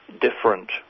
different